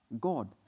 God